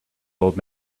old